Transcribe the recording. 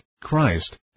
Christ